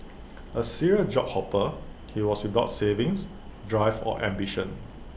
A serial job hopper he was without savings drive or ambition